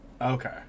Okay